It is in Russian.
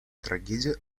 трагедия